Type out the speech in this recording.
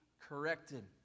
corrected